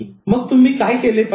मग तुम्ही काय केले पाहिजे